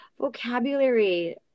vocabulary